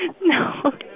No